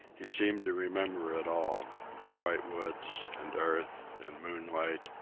he seemed to remember it all the white woods, and earth, and moonlight,